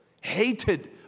Hated